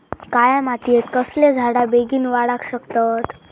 काळ्या मातयेत कसले झाडा बेगीन वाडाक शकतत?